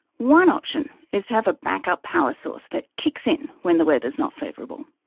one option is to have a backup power source that kicks in when the weather is not favourable.